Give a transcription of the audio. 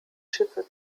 schiffe